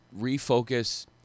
refocus